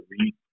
read